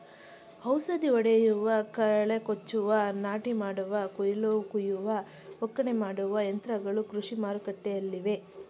ಔಷಧಿ ಹೊಡೆಯುವ, ಕಳೆ ಕೊಚ್ಚುವ, ನಾಟಿ ಮಾಡುವ, ಕುಯಿಲು ಕುಯ್ಯುವ, ಒಕ್ಕಣೆ ಮಾಡುವ ಯಂತ್ರಗಳು ಕೃಷಿ ಮಾರುಕಟ್ಟೆಲ್ಲಿವೆ